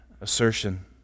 assertion